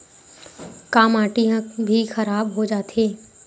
का माटी ह भी खराब हो जाथे का?